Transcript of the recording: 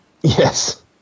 Yes